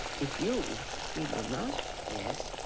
if you feel you must yes?